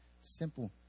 simple